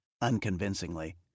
unconvincingly